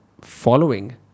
following